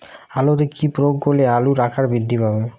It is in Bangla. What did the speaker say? আলুতে কি প্রয়োগ করলে আলুর আকার বৃদ্ধি পাবে?